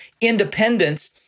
independence